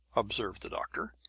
observed the doctor,